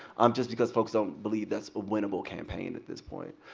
um just because folks don't believe that's a winnable campaign at this point.